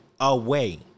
away